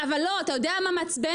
אבל לא, אבל אתה יודע מה מעצבן?